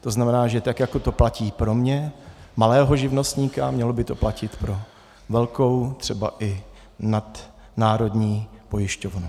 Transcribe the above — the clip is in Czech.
To znamená, že tak jako to platí pro mě, malého živnostníka, mělo by to platit pro velkou, třeba i nadnárodní pojišťovnu.